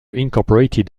incorporated